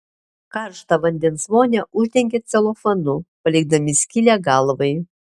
karštą vandens vonią uždengia celofanu palikdami skylę galvai